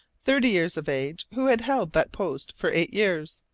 thirty years of age, who had held that post for eight years.